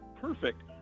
perfect